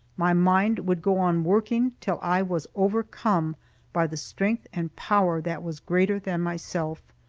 my mind would go on working, till i was overcome by the strength and power that was greater than myself.